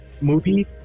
movie